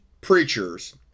preachers